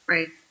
Right